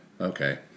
Okay